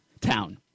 town